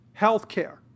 healthcare